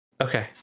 Okay